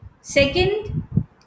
second